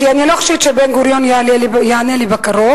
כי אני לא חושבת שבן-גוריון יענה לי בקרוב,